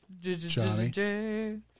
Johnny